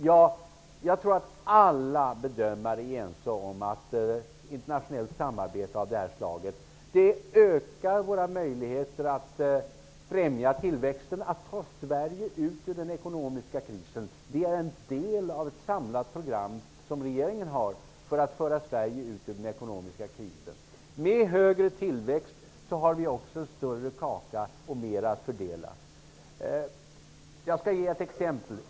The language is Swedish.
Ja, jag tror att alla bedömare är ense om att internationellt samarbete av det här slaget ökar våra möjligheter att främja tillväxten, att ta Sverige ut ur den ekonomiska krisen. Det är en del av ett samlat program som regeringen har för att föra Sverige ut ur den ekonomiska krisen. Med högre tillväxttakt får vi också större kaka och mer att fördela. Jag skall ge ett exempel.